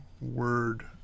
Word